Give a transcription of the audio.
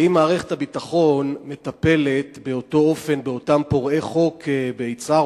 האם מערכת הביטחון מטפלת באותו אופן באותם פורעי חוק ביצהר,